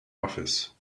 office